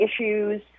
issues